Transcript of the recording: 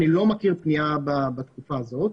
אני לא מכיר פנייה בתקופה הזאת.